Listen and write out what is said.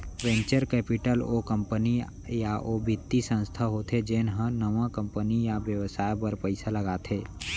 venture capital ओ company या ओ बित्तीय संस्था होथे जेन ह नवा कंपनी या बेवसाय बर पइसा लगाथे